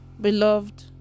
Beloved